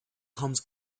comes